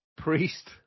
Priest